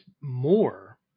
more